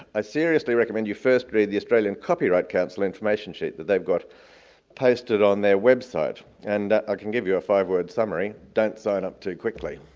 i seriously recommend you first read the australian copyright council information sheet that they've got posted on their website, and i can give you a five-word summary don't sign up too quickly.